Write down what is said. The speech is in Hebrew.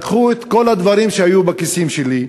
לקחו את כל הדברים שהיו בכיסים שלי.